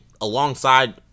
alongside